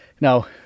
now